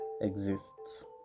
exists